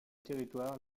territoire